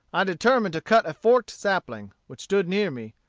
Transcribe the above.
i determined to cut a forked sapling, which stood near me,